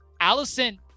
Allison